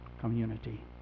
community